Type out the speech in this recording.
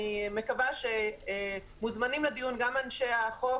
מקווה שמוזמנים לדיון גם אנשי החוק,